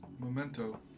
memento